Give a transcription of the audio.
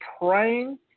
praying